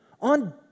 on